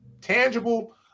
tangible